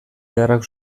beharrak